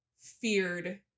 feared